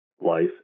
life